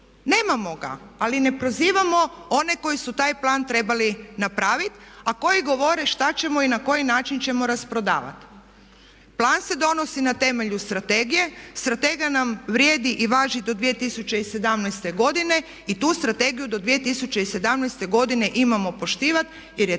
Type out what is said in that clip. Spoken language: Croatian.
Nemamo ga, ali ne prozivamo one koji su taj plan trebali napraviti a koji govore što ćemo i na koji način ćemo rasprodavati. Plan se donosi na temelju strategije, strategija nam vrijedi i važi do 2017. godine i tu strategiju do 2017. godine imamo poštivati jer je